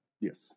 Yes